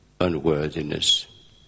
unworthiness